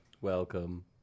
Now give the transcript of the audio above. welcome